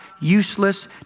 useless